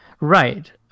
right